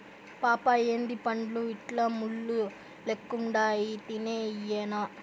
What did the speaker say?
పాపా ఏందీ పండ్లు ఇట్లా ముళ్ళు లెక్కుండాయి తినేయ్యెనా